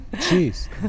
cheese